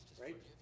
right